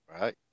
Right